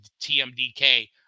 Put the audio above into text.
TMDK